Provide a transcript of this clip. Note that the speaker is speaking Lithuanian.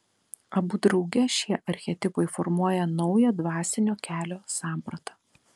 abu drauge šie archetipai formuoja naują dvasinio kelio sampratą